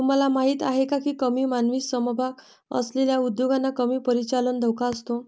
तुम्हाला माहीत आहे का की कमी मानवी सहभाग असलेल्या उद्योगांना कमी परिचालन धोका असतो?